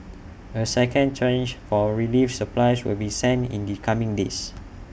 A second tranche for relief supplies will be sent in the coming days